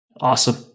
Awesome